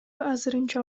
азырынча